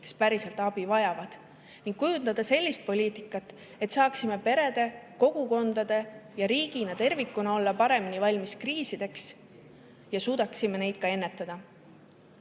kes päriselt abi vajavad. [Meil tuleb] kujundada sellist poliitikat, et saaksime peredena, kogukondadena ja riigina tervikuna olla paremini valmis kriisideks ja suudaksime neid ka ennetada.